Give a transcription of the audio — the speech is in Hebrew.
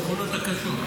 השכונות הקשות.